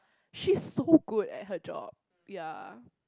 she's so good at her job ya